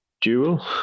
dual